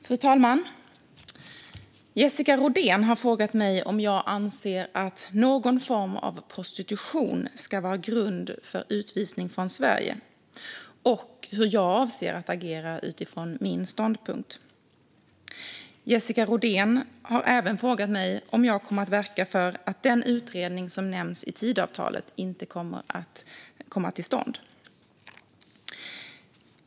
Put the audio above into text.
Fru talman! Jessica Rodén har frågat mig om jag anser att någon form av prostitution ska vara grund för utvisning från Sverige och hur jag avser att agera utifrån min ståndpunkt. Jessica Rodén har även frågat mig om jag kommer att verka för att den utredning som nämns i Tidöavtalet inte ska komma till stånd.